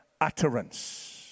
utterance